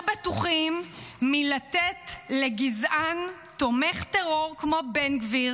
בטוחים מלתת לגזען תומך טרור כמו בן גביר